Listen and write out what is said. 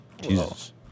Jesus